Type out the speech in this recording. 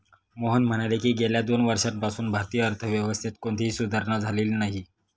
मोहन म्हणाले की, गेल्या दोन वर्षांपासून भारतीय अर्थव्यवस्थेत कोणतीही सुधारणा झालेली नाही